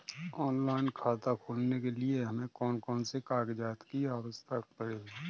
Online खाता खोलने के लिए हमें कौन कौन से कागजात की आवश्यकता पड़ेगी?